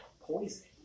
poison